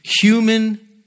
human